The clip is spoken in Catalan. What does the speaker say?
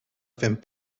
fent